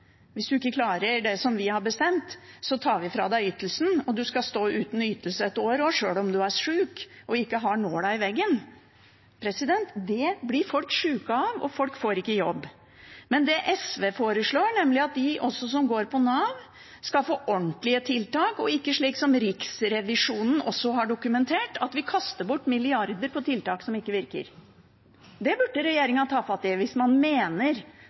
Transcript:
Hvis du ikke klarer det vi har bestemt, tar vi fra deg ytelsen, og du skal stå uten ytelse i ett år, sjøl om du er sjuk og ikke eier nåla i veggen. Det blir folk sjuke av, og folk får ikke jobb. SV foreslår at også de som går på Nav, skal få ordentlige tiltak – Riksrevisjonen har dokumentert at vi kaster bort milliarder på tiltak som ikke virker. Det burde regjeringen ta fatt i hvis man mener